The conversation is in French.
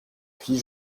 puis